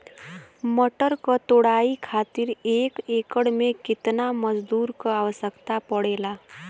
मटर क तोड़ाई खातीर एक एकड़ में कितना मजदूर क आवश्यकता पड़ेला?